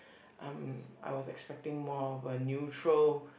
I'm I was expecting more of a neutral